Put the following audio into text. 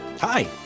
Hi